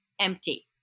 empty